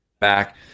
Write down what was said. back